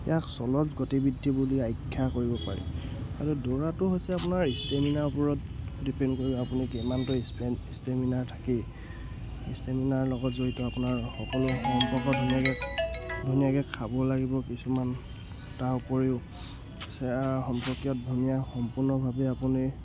ইয়াক চলজ গতিবিধি বুলি আখ্যা কৰিব পাৰি আৰু দৌৰাটো হৈছে আপোনাৰ ষ্টেমিনাৰ ওপৰত ডিপেণ্ড কৰিব আপুনি কিমানটো ইচ ষ্টেমিনা থাকেই ষ্টেমিনাৰ লগত জড়িত আপোনাৰ সকলো সম্পৰ্ক ধুনীয়াকৈ ধুনীয়াকৈ খাব লাগিব কিছুমান তাৰ উপৰিও চেৰা সম্পৰ্কীয়ত ধুনীয়া সম্পূৰ্ণভাৱে আপুনি